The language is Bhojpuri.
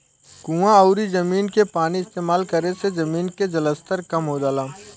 कुवां अउरी जमीन के पानी इस्तेमाल करे से जमीन के जलस्तर कम हो जाला